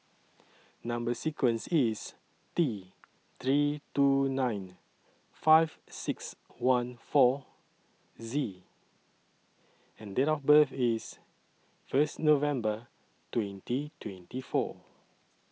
Number sequence IS T three two nine five six one four Z and Date of birth IS First November twenty twenty four